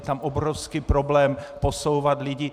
Je tam obrovský problém posouvat lidi.